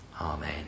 Amen